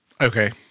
Okay